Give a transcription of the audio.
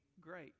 great